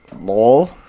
lol